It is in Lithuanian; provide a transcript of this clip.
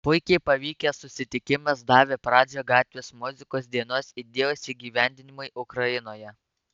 puikiai pavykęs susitikimas davė pradžią gatvės muzikos dienos idėjos įgyvendinimui ukrainoje